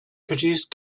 produced